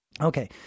Okay